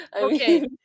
okay